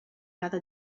cada